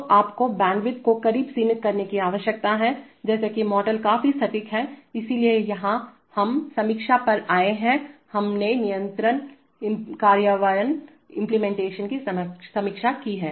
तो आपको बैंडविड्थ को करीब सीमित करने की आवश्यकता है जैसे कि मॉडल काफी सटीक हैं इसलिए यहां हम समीक्षा पर आए हैं हमने नियंत्रक कार्यान्वयन की समीक्षा की है